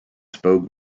spoke